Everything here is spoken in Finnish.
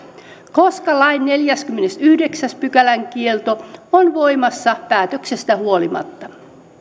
koska lain neljännenkymmenennenyhdeksännen pykälän kielto on voimassa päätöksestä huolimatta